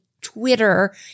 Twitter